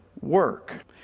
work